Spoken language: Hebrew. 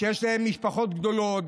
שיש להם משפחות גדולות,